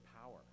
power